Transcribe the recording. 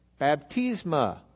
baptisma